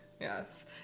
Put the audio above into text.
yes